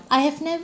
I have never